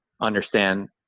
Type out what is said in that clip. understand